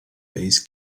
bass